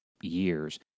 years